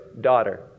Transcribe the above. daughter